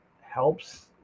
helps